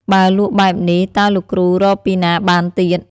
បើលក់បែបនេះ តើលោកគ្រូរកពីណាបានទៀត?។